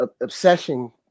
obsession